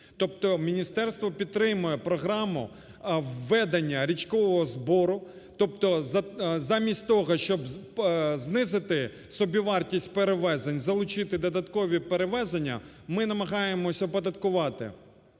міністерство підтримує програму введення річкового збору. Тобто замість того, щоб знизити собівартість перевезень, залучити додаткові перевезення, ми намагаємося оподаткувати.